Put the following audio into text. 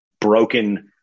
broken